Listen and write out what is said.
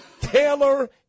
Taylor